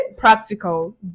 Practical